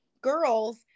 girls